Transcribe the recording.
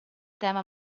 tema